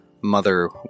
mother